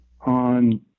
on